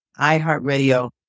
iHeartRadio